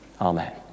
amen